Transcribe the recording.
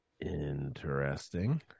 Interesting